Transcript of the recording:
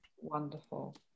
wonderful